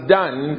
done